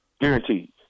Guaranteed